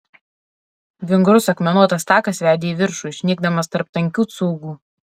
vingrus akmenuotas takas vedė į viršų išnykdamas tarp tankių cūgų